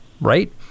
right